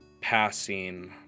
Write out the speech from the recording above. passing